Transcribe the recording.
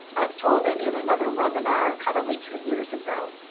i've told it in another webinar, probably two years ago.